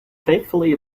faithfully